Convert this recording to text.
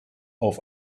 auf